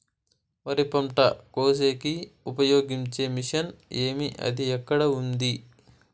వరి పంట కోసేకి ఉపయోగించే మిషన్ ఏమి అది ఎక్కడ ఉంది?